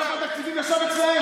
אגף התקציבים ישב אתכם?